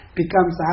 becomes